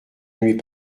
nuit